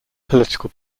political